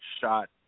shot